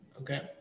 Okay